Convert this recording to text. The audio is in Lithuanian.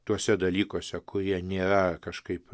tuose dalykuose kurie nėra kažkaip